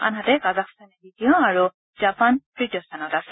আনহাতে কাজাখাস্তান দ্বিতীয় আৰু জাপান তৃতীয় স্থানত আছে